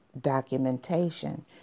documentation